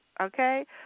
Okay